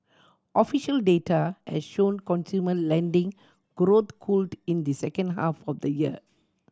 official data has shown consumer lending growth cooled in the second half of the year